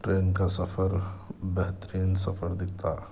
train کا سفر بہترین سفر دکھتا